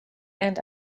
and